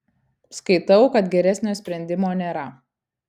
skaitau kad geresnio sprendimo nėra